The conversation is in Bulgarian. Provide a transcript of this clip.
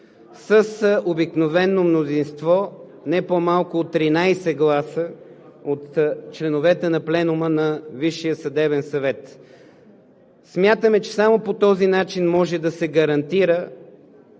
с обикновено мнозинство с не по-малко от 13 гласа от членовете на Пленума на ВСС. Смятаме, че само по този начин може да се гарантира